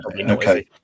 okay